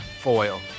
foil